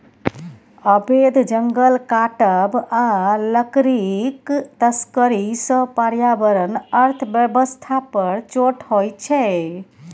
अबैध जंगल काटब आ लकड़ीक तस्करी सँ पर्यावरण अर्थ बेबस्था पर चोट होइ छै